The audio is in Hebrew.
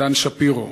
דן שפירו.